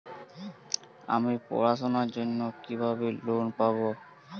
আমি পড়াশোনার জন্য কিভাবে লোন পাব?